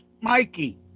mikey